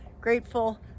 grateful